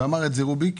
ואמר את זה רוביק,